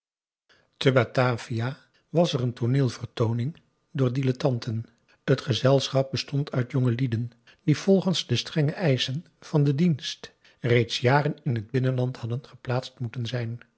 te batavia was er een tooneel vertooning door dilettanten het gezelschap bestond uit jongelieden die volgens de strenge eischen van den dienst reeds jaren in het binnenland hadden geplaatst moeten zijn